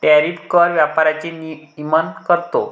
tariff कर व्यापाराचे नियमन करतो